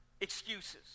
excuses